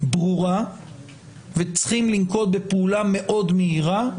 ברורה וצריכים לנקוט בפעולה מאוד מהירה,